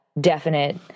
definite